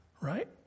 Right